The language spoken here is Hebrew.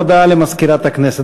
הודעה למזכירת הכנסת.